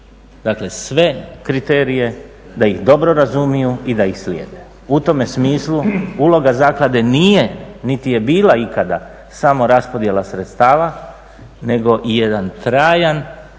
dakle sve kriterije, da ih dobro razumiju i da ih slijede. U tome smislu uloga zaklade nije niti je bila ikada samo raspodjela sredstava, nego jedan trajan